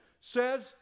says